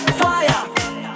fire